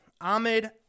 Ahmed